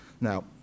Now